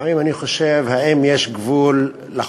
לפעמים אני חושב, האם יש גבול לחוצפה,